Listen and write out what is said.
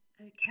Okay